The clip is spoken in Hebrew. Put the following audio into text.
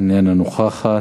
אינה נוכחת.